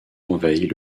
envahit